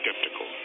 skeptical